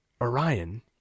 Orion